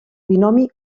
binomi